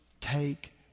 take